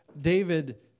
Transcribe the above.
David